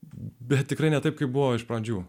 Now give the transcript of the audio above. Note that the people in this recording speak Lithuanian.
bet tikrai ne taip kaip buvo iš pradžių